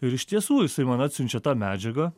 ir iš tiesų jisai man atsiunčia tą medžiagą